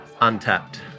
Untapped